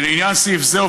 לעניין סעיף זה,